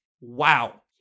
Wow